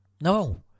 No